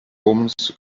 omens